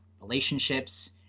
relationships